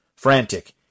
Frantic